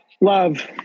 Love